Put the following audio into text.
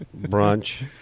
brunch